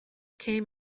came